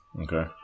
Okay